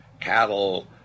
cattle